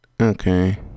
Okay